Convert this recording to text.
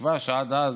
בתקווה שעד אז